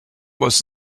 was